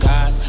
God